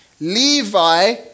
Levi